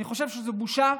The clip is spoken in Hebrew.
אני חושב שזאת בושה,